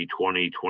2020